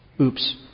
oops